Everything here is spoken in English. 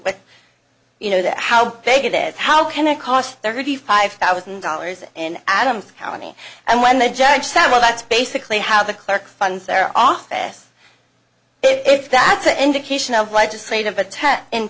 with you know that how big it is how can it cost thirty five thousand dollars in adams county and when the judge said well that's basically how the clerk funds their office if that's an indication of legislative